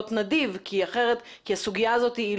המשרד להגנת הסביבה לא